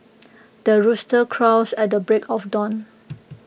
the rooster crows at the break of dawn